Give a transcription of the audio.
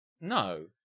No